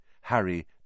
Harry